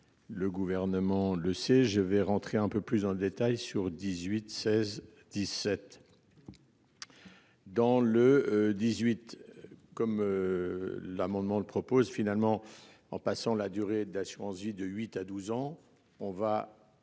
Le gouvernement le sait je vais rentrer un peu plus en détail sur 18 16 17. Dans le 18, comme. L'amendement le propose finalement en passant la durée d'assurance vie de 8 à 12 ans on va